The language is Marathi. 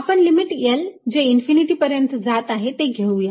आपण लिमिट L जे इन्फिनिटी पर्यंत जात आहे ते घेऊया